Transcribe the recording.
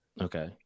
okay